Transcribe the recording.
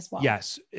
Yes